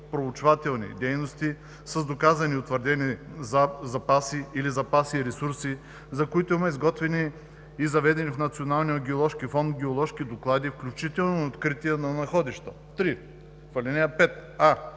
геологопроучвателни дейности, с доказани и утвърдени запаси или запаси и ресурси, за които има изготвени и заведени в Националния геоложки фонд геоложки доклади, включително откритията на находища“. 3. В ал. 5: